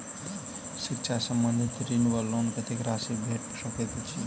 शिक्षा संबंधित ऋण वा लोन कत्तेक राशि भेट सकैत अछि?